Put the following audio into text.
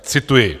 Cituji: